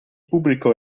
pubblico